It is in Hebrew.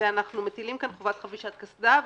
אנחנו מטילים כאן חובת חבישת קסדה.